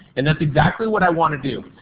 and that is exactly what i want to do.